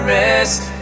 rest